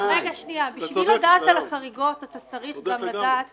בשביל לדעת על החריגות אתה צריך לדעת